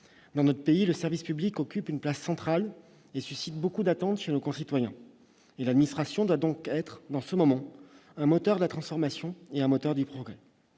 Dans notre pays, le service public occupe une place centrale et suscite beaucoup d'attentes chez nos concitoyens. L'administration doit donc être dans ce moment un moteur de transformation, un moteur de progrès.